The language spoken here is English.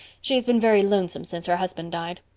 she has been very lonesome since her husband died.